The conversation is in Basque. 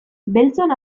beltzon